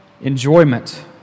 enjoyment